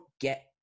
get